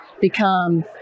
become